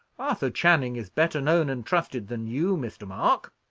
arthur channing is better known and trusted than you, mr. mark.